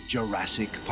Jurassic